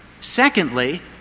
Secondly